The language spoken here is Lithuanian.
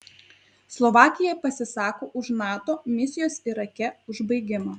slovakija pasisako už nato misijos irake užbaigimą